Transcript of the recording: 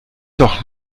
doch